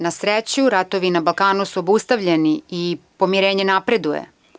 Na sreću, ratovi na Balkanu su obustavljeni i pomirenje napreduje.